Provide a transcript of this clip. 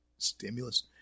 Stimulus